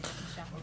בבקשה.